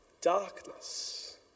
darkness